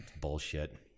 Bullshit